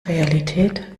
realität